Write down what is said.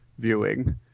viewing